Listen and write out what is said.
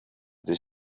this